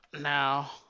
Now